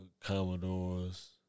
Commodores